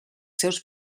seus